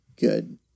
good